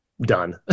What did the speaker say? done